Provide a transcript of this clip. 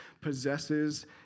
possesses